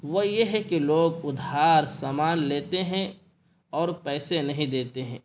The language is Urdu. وہ یہ ہے کہ لوگ ادھار سامان لیتے ہیں اور پیسے نہیں دیتے ہیں